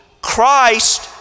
Christ